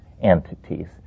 entities